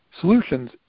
solutions